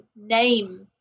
name